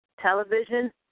television